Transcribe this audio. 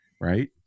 right